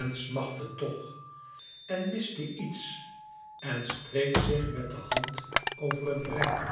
en smachtte tch en miste iets en streek zich met de hand over het brein